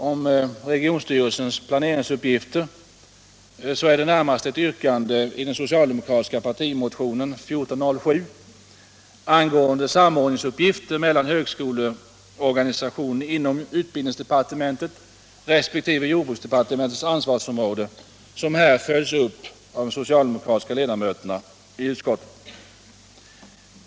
Det är närmast ett yrkande i den socialdemokratiska partimotionen 1407 angående samordningsuppgifter mellan högskoleorganisationen inom utbildningsdepartementets resp. jordbruksdepartementets ansvarsområden som i reservationen 1 följs upp av de socialdemokratiska ledamöterna i utskottet.